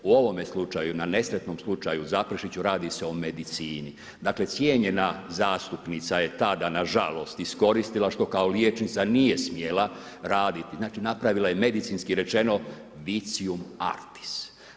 U ovome slučaju, na nesretnom slučaju u Zaprešiću, radi se o medicini, dakle cijenjena zastupnica je tada nažalost iskoristila što kao liječnica nije smjela raditi, napravila je medicinski rečeno vicium artis.